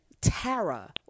Tara